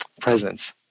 presence